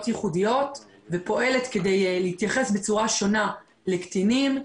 ייחודיות ופועלת כדי להתייחס בצורה שונה לקטינים.